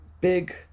big